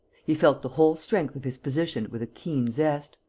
he felt the whole strength of his position with a keen zest.